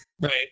Right